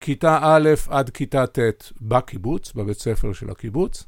כיתה א' עד כיתה ט' בקיבוץ, בבית ספר של הקיבוץ.